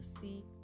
see